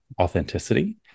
authenticity